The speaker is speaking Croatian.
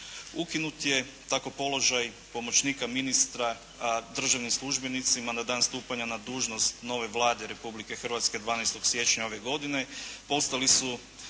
Ukinut je tako položaj pomoćnika ministra državnim službenicima na dan stupanja na dužnost nove Vlade Republike Hrvatske 12. siječnja ove godine, postali su